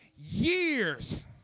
years